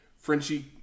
Frenchie